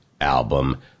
Album